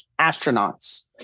Astronauts